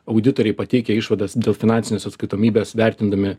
auditoriai pateikia išvadas dėl finansinės atskaitomybės vertindami